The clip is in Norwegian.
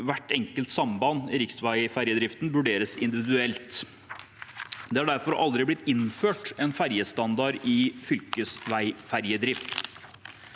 hvert enkelt samband i riksveiferjedriften skulle vurderes individuelt. Det har derfor aldri blitt innført en ferjestandard i fylkesveiferjedrift,